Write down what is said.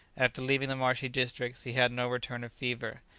after leaving the marshy districts he had no return of fever,